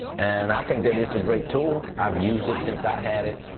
and i think that it's a great tool. i've used it since i had it.